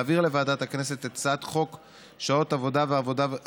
להעביר לוועדת הכנסת את הצעת חוק שעות עבודה ומנוחה: